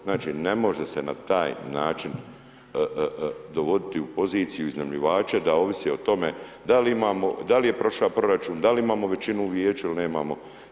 Znači ne može se na taj način dovoditi u poziciju iznajmljivače da ovise o tome da li imamo, da li je prošao proračun, da li imamo većinu u vijeću ili nemamo.